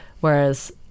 Whereas